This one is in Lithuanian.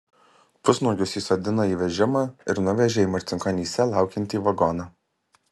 pusnuogius įsodino į vežimą ir nuvežė į marcinkonyse laukiantį vagoną